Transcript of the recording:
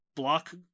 block